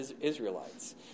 Israelites